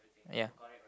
ya